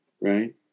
right